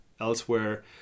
elsewhere